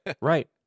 Right